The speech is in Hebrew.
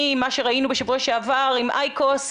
ממה שראינו בשבוע שעבר עם אייקוס,